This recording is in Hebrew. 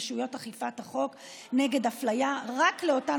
רשויות אכיפת החוק נגד אפליה רק לאותן